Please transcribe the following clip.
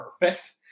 perfect